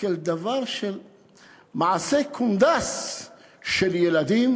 כאל מעשה קונדס של ילדים.